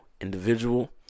individual